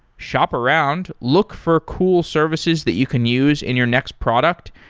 shop around, look for cool services that you can use in your next product,